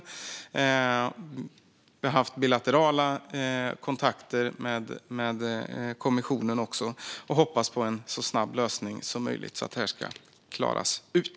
Vi har också haft bilaterala kontakter med kommissionen, och vi hoppas på en så snabb lösning som möjligt så att det här ska klaras ut.